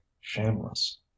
shameless